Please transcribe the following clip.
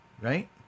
right